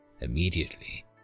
immediately